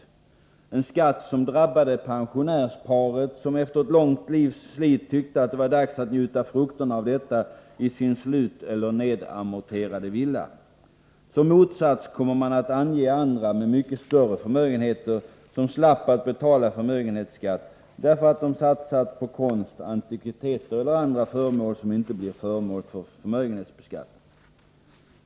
Det var den skatt som drabbade pensionärsparet som efter ett långt livs slit tyckte att det var dags att njuta frukterna av detta i sin sluteller nedamorterade villa. Som motsats kommer man att ange andra med mycket större förmögenheter som slapp att betala förmögenhetsskatt, därför att de satsat på konst, antikviteter eller annat som inte blir föremål för förmögenhetsbeskattning.